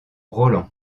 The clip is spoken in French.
roland